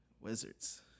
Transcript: Wizards